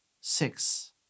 six